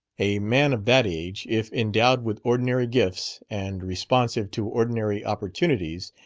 a man of that age, if endowed with ordinary gifts and responsive to ordinary opportunities,